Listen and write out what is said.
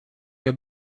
nie